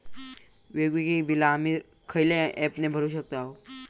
वेगवेगळी बिला आम्ही खयल्या ऍपने भरू शकताव?